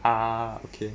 ah okay